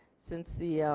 since the